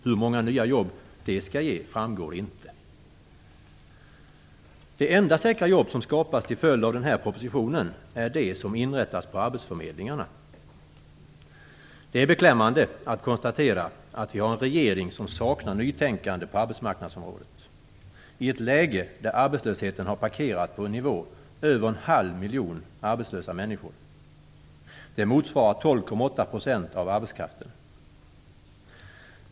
Hur många nya jobb det skall ge framgår inte. Det enda säkra jobb som skapas till följd av den här propositionen är de som inrättas på arbetsförmedlingarna. Det är beklämmande att konstatera att vi har en regering som saknar nytänkande på arbetsmarknadsområdet i ett läge där arbetslösheten har parkerat på en nivå på över en halv miljon arbetslösa människor. Det motsvarar 12,8 % av arbetskraften.